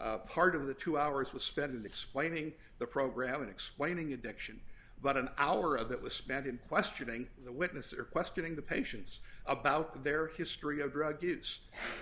illegal part of the two hours was spent in explaining the program and explaining addiction but an hour of that was spent in questioning the witness or questioning the patients about their history of drug use